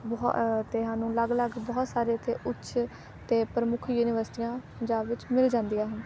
ਬਹੁ ਅਤੇ ਸਾਨੂੰ ਅਲੱਗ ਅਲੱਗ ਬਹੁਤ ਸਾਰੇ ਉੱਥੇ ਉਚ ਅਤੇ ਪ੍ਰਮੁੱਖ ਯੂਨੀਵਰਸਿਟੀਆਂ ਪੰਜਾਬ ਵਿੱਚ ਮਿਲ ਜਾਂਦੀਆਂ ਹਨ